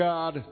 God